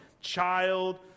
child